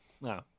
No